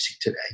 today